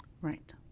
Right